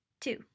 Two